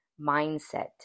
mindset